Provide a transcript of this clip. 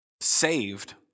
saved